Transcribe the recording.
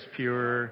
pure